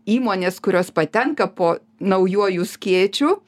įmonės kurios patenka po naujuoju skėčiu